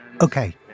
okay